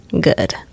Good